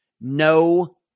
No